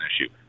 issue